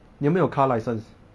你有没有 car licence